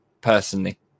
personally